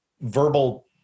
verbal